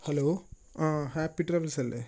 hello ആ happy travels അല്ലേ